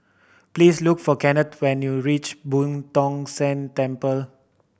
please look for Kennth when you reach Boo Tong San Temple